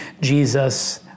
Jesus